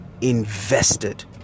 invested